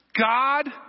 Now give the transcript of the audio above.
God